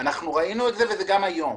ראינו את זה גם היום,